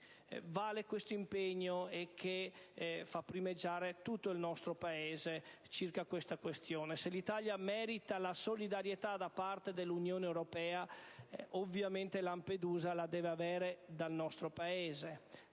vale l'impegno e fa primeggiare tutto il nostro Paese rispetto a tale questione. Se l'Italia merita la solidarietà da parte dell'Unione europea, ovviamente Lampedusa la deve avere dal nostro Paese;